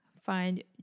find